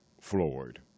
Floyd